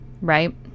right